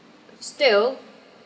still